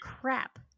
crap